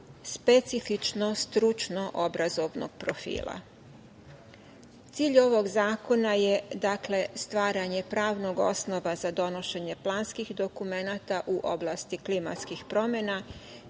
specifično stručno obrazovanog profila. Cilj ovog zakona je, dakle, stvaranje pravnog osnova za donošenje planskih dokumenata u oblasti klimatskih promena